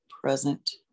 present